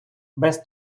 без